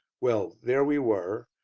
well there we were.